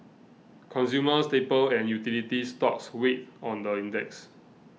consumer staple and utility stocks weighed on the index